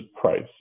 price